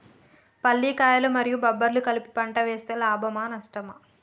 పల్లికాయలు మరియు బబ్బర్లు కలిపి పంట వేస్తే లాభమా? నష్టమా?